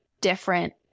different